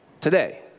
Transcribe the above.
today